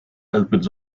opens